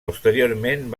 posteriorment